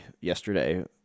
yesterday